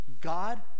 God